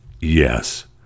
yes